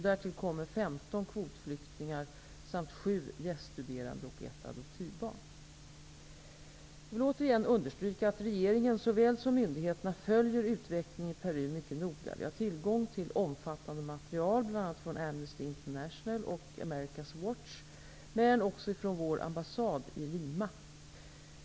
Därtill kommer 15 Jag vill återigen understryka att såväl regeringen som myndigheterna följer utvecklingen i Peru mycket noga. Vi har tillgång till omfattande material, bl.a. från Amnesty International och America's Watch, men också från vår ambassad i Lima.